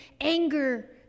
Anger